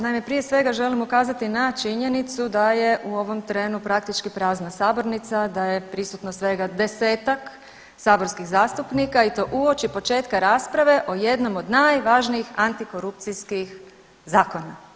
Naime, prije svega želim ukazati na činjenicu da je u ovom trenu praktički prazna sabornica, da je prisutno svega desetak saborskih zastupnika i to uoči početka rasprave o jednom od najvažnijih antikorupcijskih zakona.